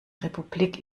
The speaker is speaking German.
republik